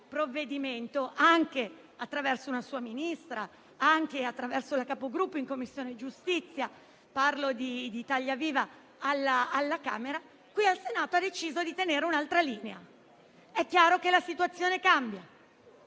provvedimento, anche attraverso una sua Ministra e la Capogruppo in Commissione giustizia (parlo di Italia Viva-PSI), qui in Senato ha deciso di tenere un'altra linea. È chiaro che la situazione cambia.